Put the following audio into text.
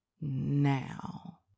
Now